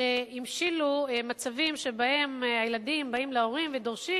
שהמשילו מצבים שבהם הילדים באים להורים ודורשים,